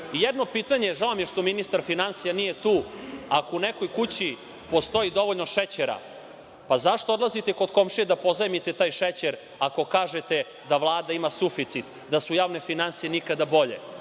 pitanje, žao mi je što ministar finansija nije tu, ako u nekoj kući postoji dovoljno šećera, pa zašto odlazite kod komšije da pozajmite taj šećer ako kažete da Vlada ima suficit, da su javne finansije nikada bolje?